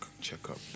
checkup